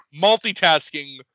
multitasking